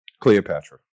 cleopatra